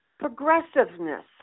progressiveness